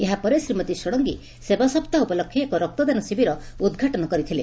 ଏହା ପରେ ଶ୍ରୀମତୀ ଷଡଙଗୀ ସେବା ସପ୍ତାହ ଉପଲକ୍ଷେ ଏକ ରକ୍ତଦାନ ଶିବିରର ଉଦ୍ଘାଟନ କରିଥିଲେ